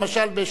למשל,